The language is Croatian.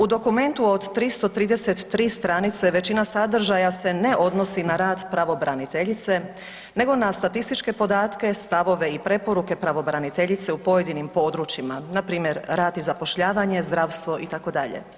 U dokumentu od 333 stranice većina sadržaja se ne odnosi na rad pravobraniteljice nego na statističke podatke, stavove i preporuke pravobraniteljice u pojedinim područjima npr. rad i zapošljavanje, zdravstvo itd.